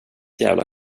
jävla